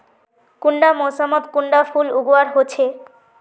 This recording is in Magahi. कुंडा मोसमोत कुंडा फुल लगवार होछै?